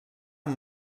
amb